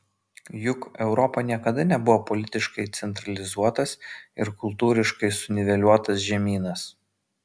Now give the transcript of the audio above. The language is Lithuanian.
juk europa niekada nebuvo politiškai centralizuotas ir kultūriškai suniveliuotas žemynas